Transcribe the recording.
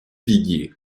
viguier